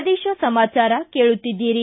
ಪ್ರದೇಶ ಸಮಾಚಾರ ಕೇಳುತ್ತೀದ್ದಿರಿ